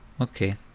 Okay